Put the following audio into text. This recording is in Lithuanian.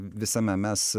visame mes